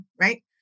right